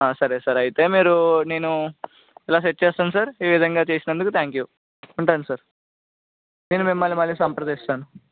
సరే సార్ అయితే మీరు నేను ఇలా సెట్ చేస్తాను సార్ ఈ విధంగా చేసినందుకు త్యాంక్ యూ ఉంటాను సార్ నేను మిమ్మల్ని మళ్ళీ సంప్రదిస్తాను